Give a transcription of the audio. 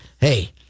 hey